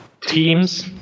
teams